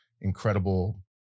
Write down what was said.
incredible